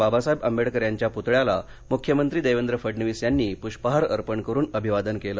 बाबासाहेब आंबेडकर यांच्या पुतळ्याला मुख्यमंत्री देवेंद्र फडणवीस यांनी पुष्पहार अर्पण करुन अभिवादन केलं